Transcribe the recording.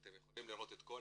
אתם יכולים לראות את כל